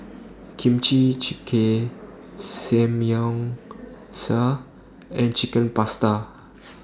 Kimchi Jjigae Samgyeopsal and Chicken Pasta